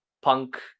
punk